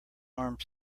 armed